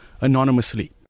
anonymously